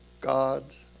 God's